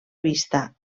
vista